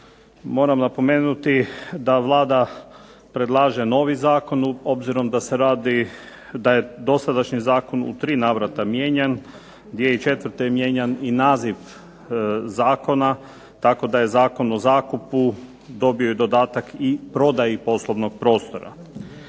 Moram napomenuti da Vlada predlaže novi zakon obzirom da je dosadašnji zakon u tri navrata mijenjan. 2004. je mijenjan i naziv zakona tako da je Zakon o zakupu dobio dodatak i prodaji poslovnog prostora.